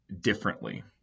differently